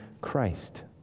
Christ